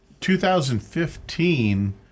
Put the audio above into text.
2015